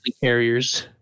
carriers